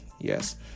yes